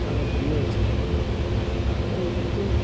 அதை அப்படியே வச்சுக்கணும் அதை எடுத்து